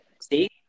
See